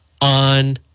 on